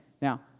Now